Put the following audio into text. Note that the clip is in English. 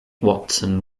watson